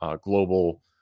global